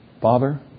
Father